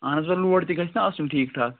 اَہَن حظ آ لوڈ تہِ گژھِ نا آسُن ٹھیٖک ٹھاک